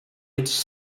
its